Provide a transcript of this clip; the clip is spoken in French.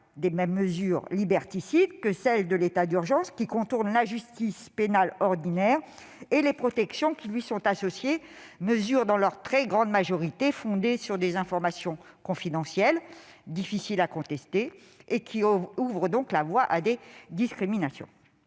des mêmes mesures liberticides que celles de l'état d'urgence, contournant la justice pénale ordinaire et les protections qui lui sont associées, mesures, dans leur très grande majorité, fondées sur des informations confidentielles, difficiles à contester et qui ouvrent donc la voie à des discriminations.